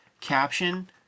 caption